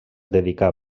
dedicà